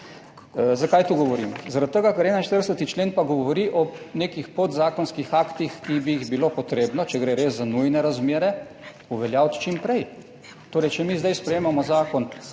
Zakaj to govorim? Zaradi tega, ker 41. člen pa govori o nekih podzakonskih aktih, ki bi jih bilo potrebno, če gre res za nujne razmere, uveljaviti čim prej. Torej, če mi zdaj sprejemamo zakon